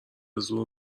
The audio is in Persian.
زور